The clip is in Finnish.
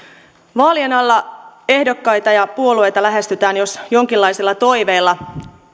vaalien alla ehdokkaita ja puolueita lähestytään jos jonkinlaisella toiveella